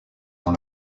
dans